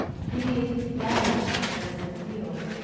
hideous sounds were heard in the fields,